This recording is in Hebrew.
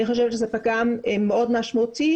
אני חושבת שזה פגם מאוד משמעותי.